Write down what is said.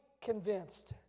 convinced